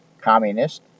Communist